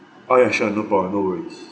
all right sure no problem no worries